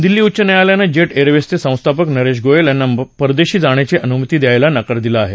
दिल्ली उच्च न्यायालयानं जेट एरवेजचे संस्थापक नरेश गोयल यांना परदेशी जाण्याची अनुमती द्यायला नकार दिला आहे